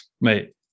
mate